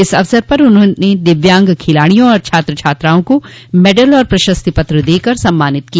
इस अवसर पर उन्होंने दिव्यांग खिलाड़ियों और छात्र छात्राओं को मेडल और प्रशस्ति पत्र देकर सम्मानित किया